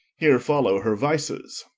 here follow her vices